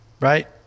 right